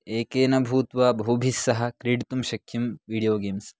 एकेन भूत्वा बहुभिस्सह क्रीडितुं शक्यं वीडियो गेम्स्